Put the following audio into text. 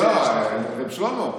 שלמה,